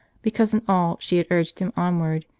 because in all she had urged him onward,